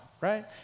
right